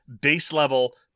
base-level